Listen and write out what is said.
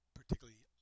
particularly –